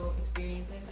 experiences